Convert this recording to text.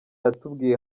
yatubwiye